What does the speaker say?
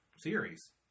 series